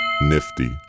nifty